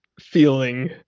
feeling